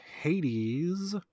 Hades